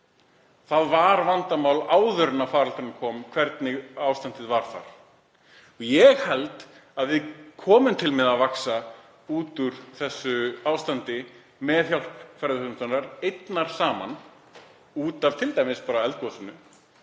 Það var vandamál áður en faraldurinn kom hvernig ástandið var þar. Ég held að við komum til með að vaxa út úr þessu ástandi með hjálp ferðaþjónustunnar einnar saman út af t.d. bara eldgosinu.